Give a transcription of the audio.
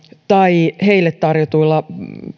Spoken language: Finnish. tai heille tarjotuilla